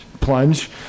plunge